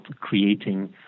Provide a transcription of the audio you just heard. creating